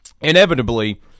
Inevitably